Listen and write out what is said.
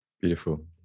Beautiful